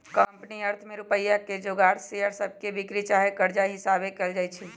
company अर्थ में रुपइया के जोगार शेयर सभके बिक्री चाहे कर्जा हिशाबे कएल जाइ छइ